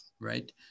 right